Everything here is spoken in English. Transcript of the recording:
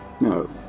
No